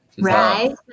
Right